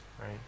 right